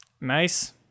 Nice